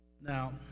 now